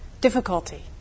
difficulty